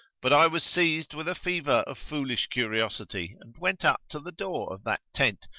but i was seized with a fever of foolish curiosity and went up to the door of that tent,